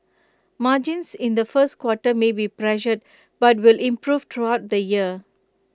margins in the first quarter may be pressured but will improve throughout the year